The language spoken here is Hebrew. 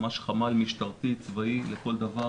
ממש חמ"ל משטרתי צבאי לכל דבר,